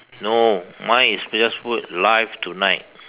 no mine is just put live tonight